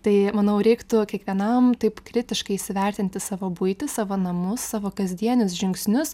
tai manau reiktų kiekvienam taip kritiškai įsivertinti savo buitį savo namus savo kasdienius žingsnius